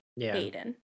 Aiden